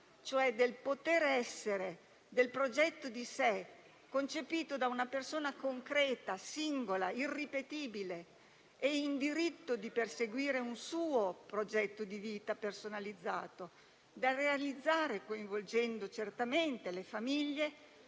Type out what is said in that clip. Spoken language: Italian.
cioè del poter essere, del progetto di sé, concepito da una persona concreta, singola, irripetibile e in diritto di perseguire un suo progetto di vita personalizzato, da realizzare coinvolgendo certamente le famiglie,